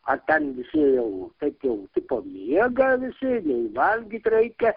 ar ten visi jau taip jau tipo miega visi nei valgyt reikia